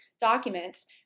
documents